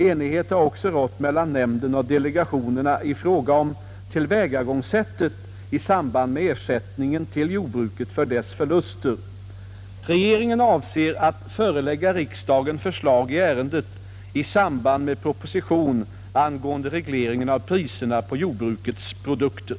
Enighet har också rått mellan nämnden och delegationerna i fråga om tillvägagångssättet i samband med ersättningen till jordbruket för dess förluster. Regeringen avser att förelägga riksdagen förslag i ärendet i samband med proposition angående regleringen av priserna på jordbrukets produkter.